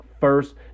first